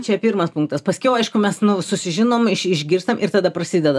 čia pirmas punktas paskiau aišku mes nu susižinom iš išgirstam ir tada prasideda